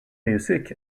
music